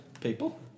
People